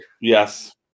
Yes